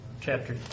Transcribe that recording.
Chapter